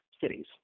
cities